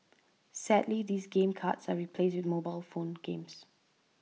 sadly these game cards are replaced with mobile phone games